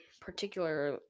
particular